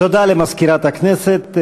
תודה למזכירת הכנסת.